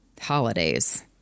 Holidays